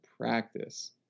practice